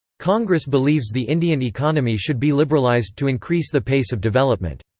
congress believes the indian economy should be liberalised to increase the pace of development.